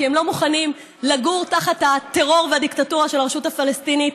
כי הם לא מוכנים לגור תחת הטרור והדיקטטורה של הרשות הפלסטינית.